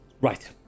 Right